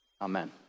amen